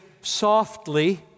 softly